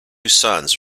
sons